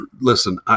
listen